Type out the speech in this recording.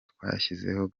twashyizeho